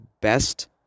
best